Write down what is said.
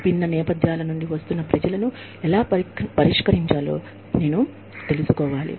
విభిన్న నేపథ్యాల నుండి వస్తున్న ప్రజలను ఎలా పరిష్కరించాలో నేను తెలుసుకోవాలి